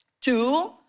Two